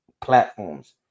platforms